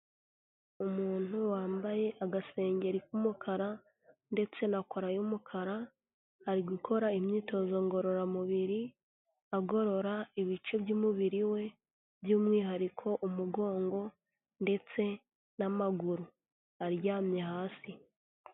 Umuntu wambaye agasengeri k'umukara ndetse na kora y'umukara, ari gukora imyitozo ngororamubiri, agorora ibice by'umubiri we, by'umwihariko umugongo ndetse n'amaguru. Aryamye hasi.